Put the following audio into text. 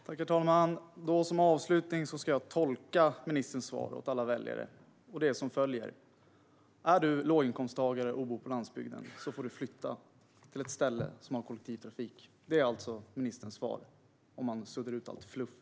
Herr talman! Som avslutning ska jag tolka ministerns svar åt alla väljare. Det är som följer: Är man låginkomsttagare och bor på landsbygden får man flytta till ett ställe som har kollektivtrafik. Det är ministerns svar om man suddar bort allt fluff.